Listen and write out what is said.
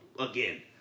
Again